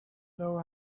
know